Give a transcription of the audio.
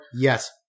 Yes